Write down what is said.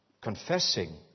Confessing